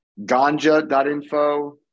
ganja.info